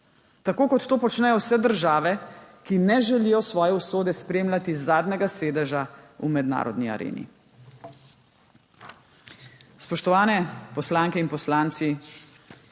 tako kot to počnejo vse države, ki ne želijo svoje usode spremljati z zadnjega sedeža v mednarodni areni. Spoštovane poslanke in poslanci!